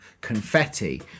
confetti